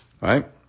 Right